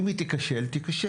אם היא תיכשל תיכשל.